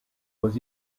was